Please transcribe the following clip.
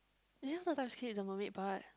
is it the time script is the mermaid part